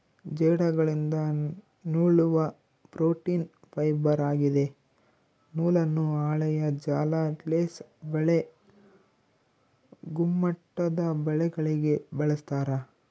ಜೇಡಗಳಿಂದ ನೂಲುವ protein fibre ಆಗಿದೆ ನೂಲನ್ನು ಹಾಳೆಯ ಜಾಲ ಲೇಸ್ ಬಲೆ ಗುಮ್ಮಟದಬಲೆಗಳಿಗೆ ಬಳಸ್ತಾರ